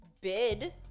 bid